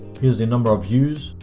here's the number of views,